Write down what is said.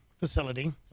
facility